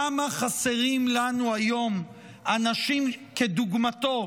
כמה חסרים לנו היום אנשים כדוגמתו,